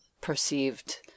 perceived